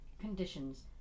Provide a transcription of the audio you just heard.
conditions